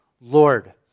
Lord